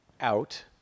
out